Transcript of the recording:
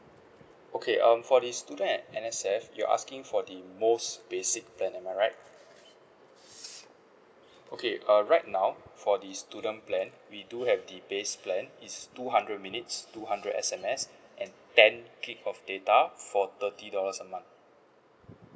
okay um for the student and N_S_F you're asking for the most basic plan am I right okay uh right now for the student plan we do have the base plan it's two hundred minutes two hundred S_M_S and ten gig of data for thirty dollars a month